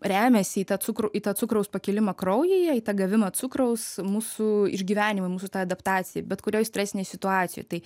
remiasi į tą cukrų į tą cukraus pakilimą kraujyje į tą gavimą cukraus mūsų išgyvenimui mūsų tai adaptacijai bet kurioj stresinėj situacijoj tai